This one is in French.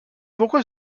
pourquoi